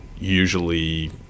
usually